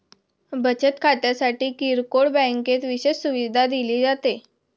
बचत खात्यासाठी किरकोळ बँकेत विशेष सुविधा दिली जाते